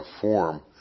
form